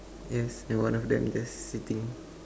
yes and one of them just sitting